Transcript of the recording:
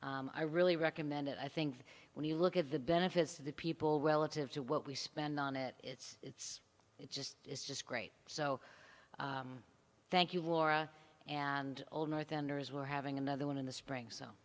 her i really recommend it i think when you look at the benefits to the people relative to what we spend on it it's it's it's just it's just great so thank you laura and all my thunder is we're having another one in the spring so